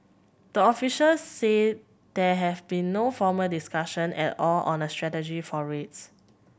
the officials said there have been no formal discussion at all on a strategy for rates